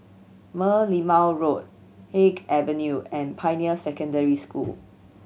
Merlimau Road Haig Avenue and Pioneer Secondary School